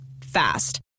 Fast